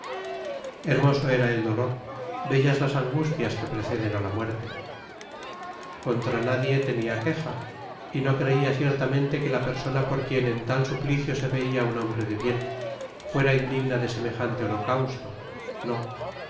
hermoso era el dolor bellas las angustias que preceden a la muerte contra nadie tenía queja y no creía ciertamente que la persona por quien en tal suplicio se veía un hombre de bien fuera indigna de semejante holocausto no